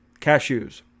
Cashews